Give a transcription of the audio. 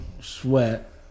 sweat